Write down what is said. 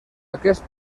aquest